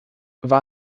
war